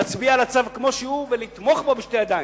להצביע על הצו כמו שהוא ולתמוך בו בשתי ידיים.